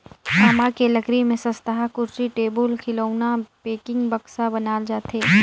आमा के लकरी में सस्तहा कुरसी, टेबुल, खिलउना, पेकिंग, बक्सा बनाल जाथे